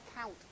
count